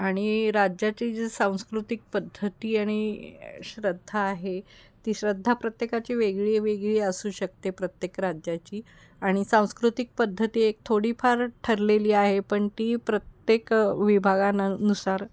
आणि राज्याची जी सांस्कृतिक पद्धती आणि श्रद्धा आहे ती श्रद्धा प्रत्येकाची वेगळी वेगळी असू शकते प्रत्येक राज्याची आणि सांस्कृतिक पद्धती एक थोडीफार ठरलेली आहे पण ती प्रत्येक विभागांनुसार